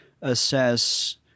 assess